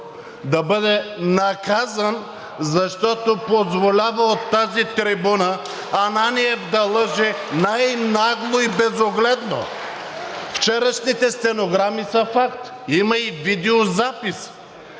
да бъде наказан, защото позволява от тази трибуна Ананиев да лъже най-нагло и безогледно. Вчерашните стенограми са факт, има и видеозапис.